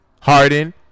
Harden